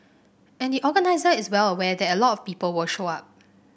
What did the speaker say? and the organiser is well aware that a lot of people will show up